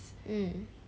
mm